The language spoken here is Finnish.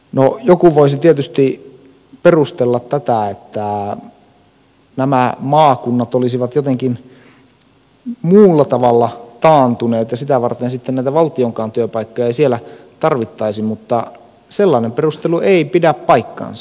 no joku voisi tietysti perustella tätä että nämä maakunnat olisivat jotenkin muulla tavalla taantuneet ja sitä varten sitten näitä valtionkaan työpaikkoja ei siellä tarvittaisi mutta sellainen perustelu ei pidä paikkaansa